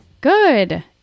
Good